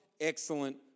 Excellent